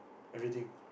everything